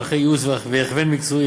מערכי ייעוץ והכוון מקצועי,